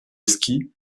ski